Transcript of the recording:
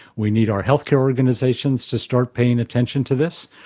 we need our healthcare organisations to start paying attention to this.